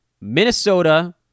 Minnesota